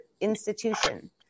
institution